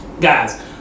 Guys